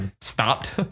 stopped